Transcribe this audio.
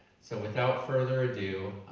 so without further ado,